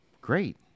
Great